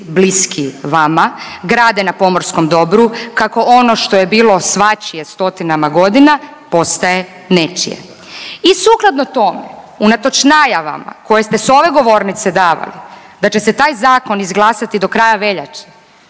bliski vama grade na pomorskom dobru, kako ono što je bilo svačije stotinama godina postaje nečije. I sukladno tome unatoč najavama koje ste sa ove govornice davali da će se taj zakon izglasati do kraja veljače,